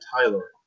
Tyler